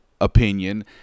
opinion